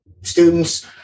students